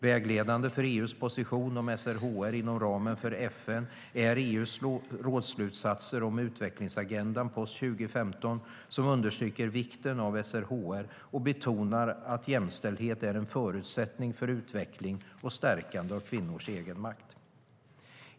Vägledande för EU:s position om SRHR inom ramen för FN är EU:s rådsslutsatser om utvecklingsagendan post-2015, som understryker vikten av SRHR och betonar att jämställdhet är en förutsättning för utveckling och stärkande av kvinnors egenmakt.